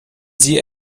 sie